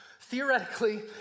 theoretically